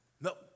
No